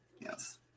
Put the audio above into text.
Yes